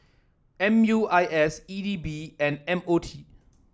M U I S E D B and M O T